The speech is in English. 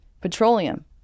Petroleum